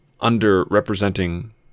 under-representing